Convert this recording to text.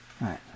right